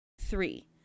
Three